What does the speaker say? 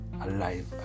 alive